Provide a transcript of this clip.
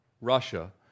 Russia